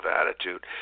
attitude